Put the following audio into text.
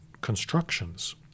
constructions